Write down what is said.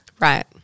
Right